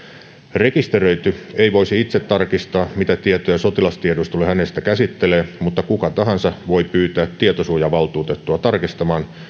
rekisteröity ei voisi itse tarkistaa mitä tietoja sotilastiedustelu hänestä käsittelee mutta kuka tahansa voi pyytää tietosuojavaltuutettua tarkistamaan